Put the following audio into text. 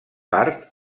part